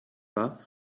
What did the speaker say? wahr